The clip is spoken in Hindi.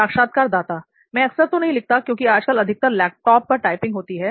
साक्षात्कारदाता मैं अक्सर तो नहीं लिखता क्योंकि आजकल अधिकतर लैपटॉप पर टाइपिंग होती है